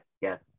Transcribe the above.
yes